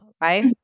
right